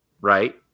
Right